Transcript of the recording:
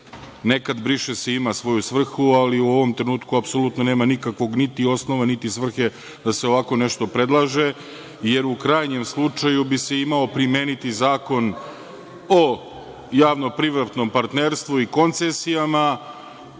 se. Nekad „briše se“ ima svoju svrhu, ali u ovom trenutku apsolutno nema nikakvog niti osnova, niti svrhe da se ovako nešto predlaže, jer u krajnjem slučaju bi se imao primeniti Zakon o javno privatnom partnerstvu i koncesijama,